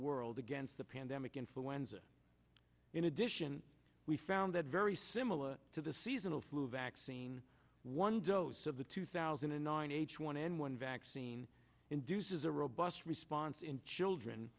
world against the pandemic influenza in addition we found that very similar to the seasonal flu vaccine one dose of the two thousand and nine h one n one vaccine induces a robust response in children